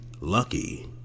lucky